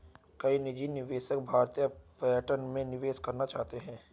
कई निजी निवेशक भारतीय पर्यटन में निवेश करना चाहते हैं